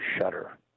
shudder